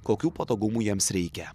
kokių patogumų jiems reikia